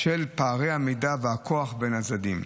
בשל פערי המידע והכוח בין הצדדים.